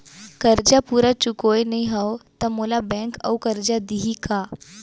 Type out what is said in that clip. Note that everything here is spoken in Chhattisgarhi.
करजा पूरा चुकोय नई हव त मोला बैंक अऊ करजा दिही का?